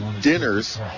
dinners